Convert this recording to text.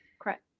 correct